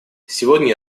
сегодня